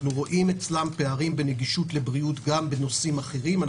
רואים אצלם פערים בנגישות לבריאות גם בנושאים אחרים,